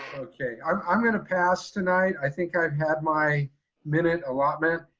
okay i'm i'm gonna pass tonight. i think i've had my minute allotment,